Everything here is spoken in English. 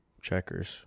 checkers